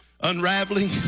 Unraveling